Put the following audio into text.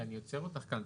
אני עוצר אותך כאן.